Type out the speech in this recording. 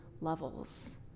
levels